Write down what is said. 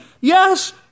Yes